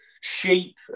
sheep